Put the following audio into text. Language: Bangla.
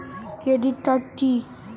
ক্রেডিট কার্ড কি?